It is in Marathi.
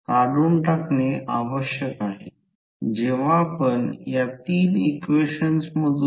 आता आपल्याकडे तीन भिन्न पाथ आहेत